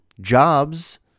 jobs